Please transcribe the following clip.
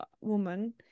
woman